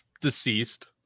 deceased